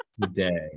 today